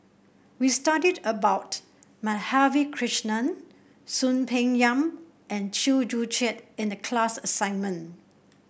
we studied about Madhavi Krishnan Soon Peng Yam and Chew Joo Chiat in the class assignment